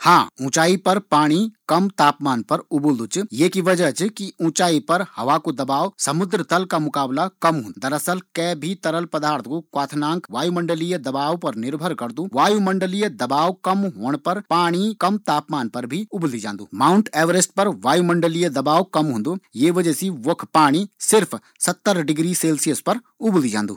हाँ ऊंचाई पर पाणी कम तापमान पर उबलदू च क्योंकि ऊंचाई पर हवा कु दबाव समुद्र तल का मुकाबला कम होन्दु, माउन्ट एवरेस्ट पर पाणी सत्तर डिग्री पर ही उबली जांदु.